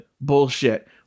bullshit